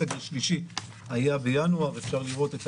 הסגר השלישי היה בינואר ואפשר לראות את